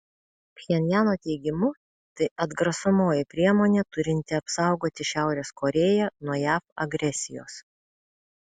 pchenjano teigimu tai atgrasomoji priemonė turinti apsaugoti šiaurės korėją nuo jav agresijos